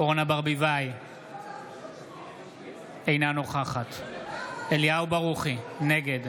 אורנה ברביבאי, אינה נוכחת אליהו ברוכי, נגד